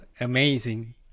amazing